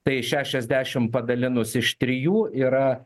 tai šešiasdešimt padalinus iš trijų yra